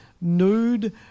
nude